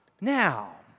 Now